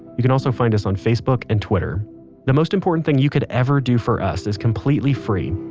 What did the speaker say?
you can also find us on facebook and twitter the most important thing you could ever do for us is completely free,